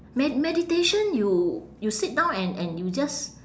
med~ meditation you you sit down and and you just